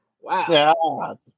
Wow